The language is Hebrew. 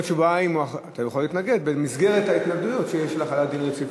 אני זוכר הרכבי קבוצות ספורט משנות ה-70,